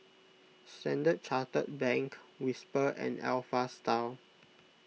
Standard Chartered Bank Whisper and Alpha Style